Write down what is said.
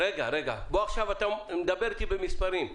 דבר איתי במספרים.